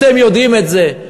אתם יודעים את זה.